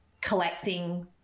collecting